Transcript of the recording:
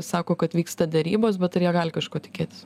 sako kad vyksta derybos bet ar jie gali kažko tikėtis